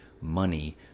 money